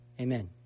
Amen